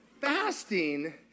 Fasting